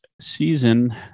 season